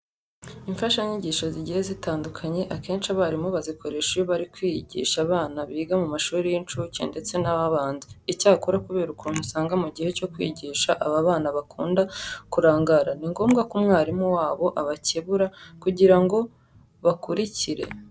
Imfashanyigisho zigiye zitandukanye akenshi abarimu bazikoresha iyo bari kwigisha abana biga mu mashuri y'incuke ndetse n'abanza. Icyakora kubera ukuntu usanga mu gihe cyo kwigisha aba bana bakunda kurangara, ni ngombwa ko umwarimu wabo abakebura kugira ngo bakurikire.